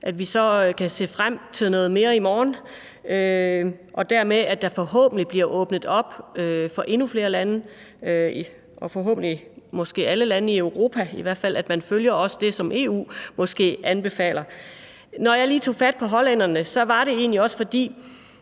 at vi så kan se frem til noget mere i morgen og dermed, at der bliver åbnet op for endnu flere lande og forhåbentlig alle lande i Europa, og at man i hvert fald følger det, som EU måske anbefaler. Når jeg lige tog fat på hollænderne, var det egentlig også, fordi